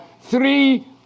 three